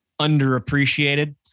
underappreciated